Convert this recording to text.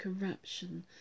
corruption